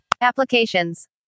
Applications